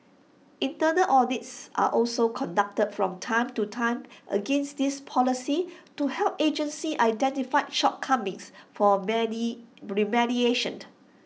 internal audits are also conducted from time to time against these policies to help agencies identify shortcomings for many remediation